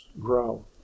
grow